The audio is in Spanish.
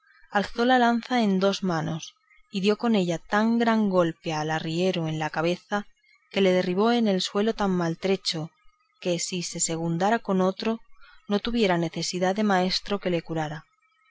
alzó la lanza a dos manos y dio con ella tan gran golpe al arriero en la cabeza que le derribó en el suelo tan maltrecho que si segundara con otro no tuviera necesidad de maestro que le curara